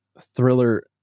thriller